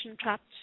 trapped